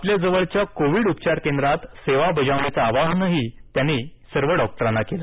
आपल्या जवळच्या कोविड उपचार केंद्रात सेवा बजावण्याचं आवाहनही त्यांनी सर्व डॉक्टरांना केलं